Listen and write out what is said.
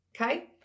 okay